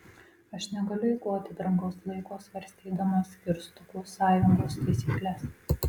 aš negaliu eikvoti brangaus laiko svarstydamas kirstukų sąjungos taisykles